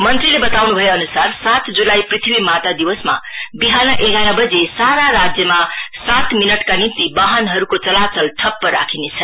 मन्त्रीले बताउन् भएअनुसार सात जुलाई पृत्वी माता दिवसमा बिहान एघार बजे सारा राज्यमा सात मिनटका निम्ति वाहनहरूको चलाचल ठप्प राखिनेछ